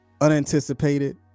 unanticipated